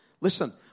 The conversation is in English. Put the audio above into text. listen